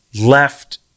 left